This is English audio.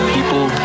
people